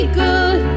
good